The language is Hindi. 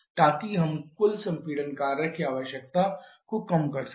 ताकि हम कुल संपीड़न कार्य की आवश्यकता को कम कर सकें